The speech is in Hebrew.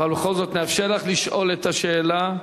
בכל זאת נאפשר לך לשאול את השאלה.